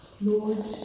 Lord